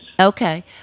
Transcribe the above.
Okay